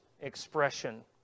expression